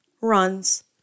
runs